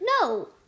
No